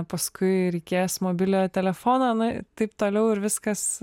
paskui reikės mobiliojo telefono na taip toliau ir viskas